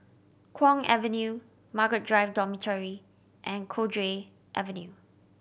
Kwong Avenue Margaret Drive Dormitory and Cowdray Avenue